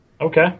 Okay